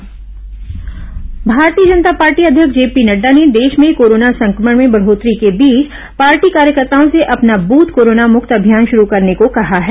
अपना बूथ भाजपा पीसी भारतीय जनता पार्टी अध्यक्ष जेपी नड्डा ने देश में कोरोना संक्रमण में बढोतरी के बीच पार्टी कार्यकर्ताओ से अपना बृथ कोरोना मक्त अभियान शरू करने को कहा है